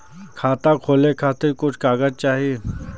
खाता खोले के खातिर कुछ कागज चाही?